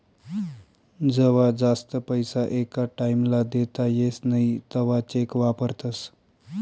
जवा जास्त पैसा एका टाईम ला देता येस नई तवा चेक वापरतस